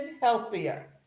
healthier